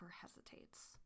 hesitates